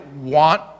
want